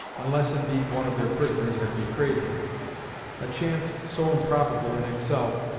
unless indeed one of their prisoners had betrayed him a chance so improbable in itself,